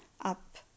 up